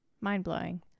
mind-blowing